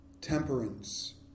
temperance